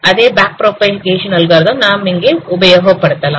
அதே back propagation algorithm நாம் இங்கே உபயோகப்படுத்தலாம்